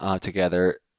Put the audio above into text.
together